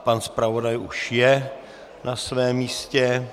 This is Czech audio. Pan zpravodaj už je na svém místě.